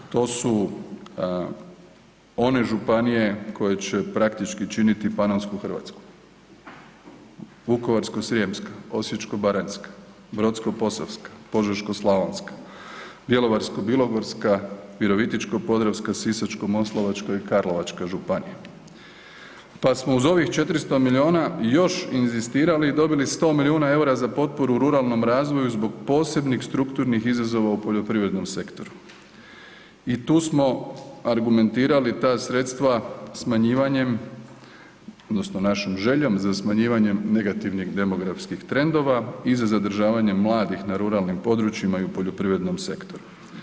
To su one županije koje će praktički činiti Panonsku Hrvatsku, Vukovarsko-srijemska, Osječko-baranjska, Brodsko-posavska, Požeško-slavonska, Bjelovarsko-bilogorska, Virovitičko-podravska, Sisačko-moslavačka i Karlovačka županija, pa smo uz ovih 400 milijuna još inzistirali i dobili 100 milijuna EUR-a za potporu ruralnom razvoju zbog posebnih strukturnih izazova u poljoprivrednom sektoru i tu smo argumentirali ta sredstva smanjivanjem odnosno našom željom za smanjivanjem negativnih demografskih trendova i za zadržavanje mladih na ruralnim područjima i u poljoprivrednom sektoru.